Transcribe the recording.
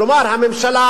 כלומר הממשלה